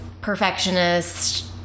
perfectionist